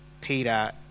Peter